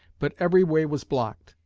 but every way was blocked.